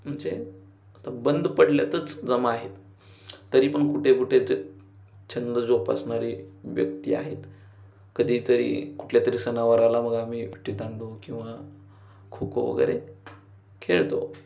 म्हणजे आता बंद पडल्यातच जमा आहेत तरी पण कुठे कुठे छंद जोपासणारी व्यक्ती आहेत कधीतरी कुठल्या तरी सणावाराला मग आम्ही विट्टीदांडू किंवा खो खो वगैरे खेळतो